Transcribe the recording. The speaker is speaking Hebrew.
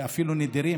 ואפילו נדירים,